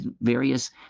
various